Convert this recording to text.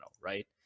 right